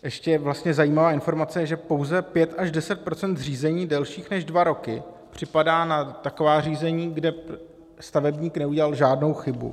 Ještě je vlastně zajímavá informace, že pouze 5 až 10 % řízení delších než dva roky připadá na taková řízení, kde stavebník neudělal žádnou chybu.